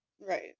Right